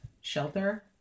shelter